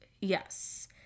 yes